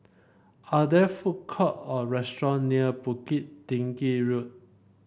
are there food court or restaurant near Bukit Tinggi Road